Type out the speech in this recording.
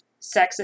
Sexist